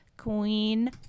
Queen